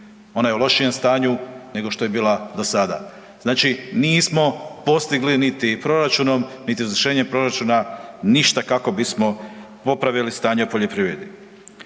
Ona je u lošijem staniju, nego što je bila do sada. Znači nismo postigli niti proračunom niti izvršenjem proračuna ništa kako bismo popravili stanje u poljoprivredi.